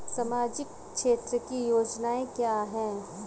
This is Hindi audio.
सामाजिक क्षेत्र की योजना क्या है?